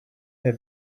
her